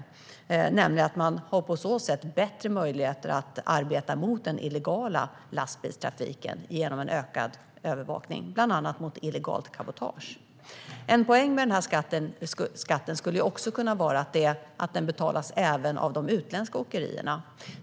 På så sätt, genom ökad övervakning, får man bättre möjligheter att arbeta mot den illegala lastbilstrafiken, bland annat när det gäller illegalt cabotage. En poäng med skatten kan också vara att den betalas även av de utländska åkerierna.